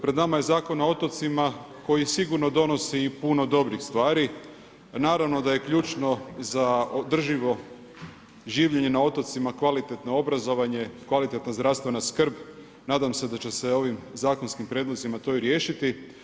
Pred nama je Zakon o otocima, koji sigurno donosi i puno dobrih stvari, pa naravno da je ključno za održivo življenje na otocima kvalitetno obrazovanje, kvalitetna zdravstvena skrb, nadam se da će se ovim zakonski prijedlozima to i riješiti.